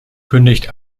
kündigte